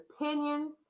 opinions